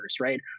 right